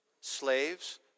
slaves